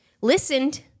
listened